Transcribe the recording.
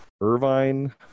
Irvine